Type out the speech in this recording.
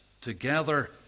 together